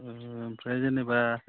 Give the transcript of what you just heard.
ओमफ्राय जेनेबा